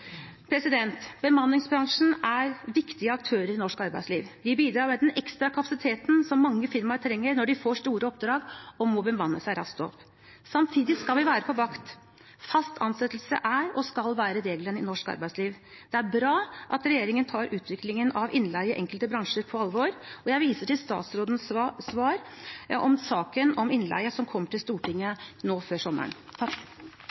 Bemanningsbransjen er viktige aktører i norsk arbeidsliv. De bidrar med den ekstra kapasiteten som mange firmaer trenger når de får store oppdrag og må bemanne seg raskt opp. Samtidig skal vi være på vakt. Fast ansettelse er og skal være regelen i norsk arbeidsliv. Det er bra at regjeringen tar utviklingen av innleie i enkelte bransjer på alvor, og jeg viser til statsrådens svar om saken om innleie som kommer til